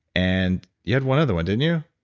and you had one other one didn't you?